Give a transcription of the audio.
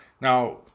Now